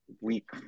week